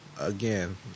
Again